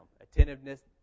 Attentiveness